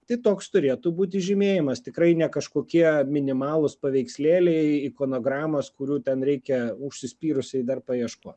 tai toks turėtų būti žymėjimas tikrai ne kažkokie minimalūs paveikslėliai ikonogramos kurių ten reikia užsispyrusiai dar paieškot